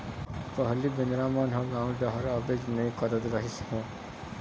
पहिली बेंदरा मन ह गाँव डहर आबेच नइ करत रहिस हे